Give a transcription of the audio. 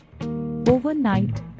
Overnight